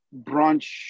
brunch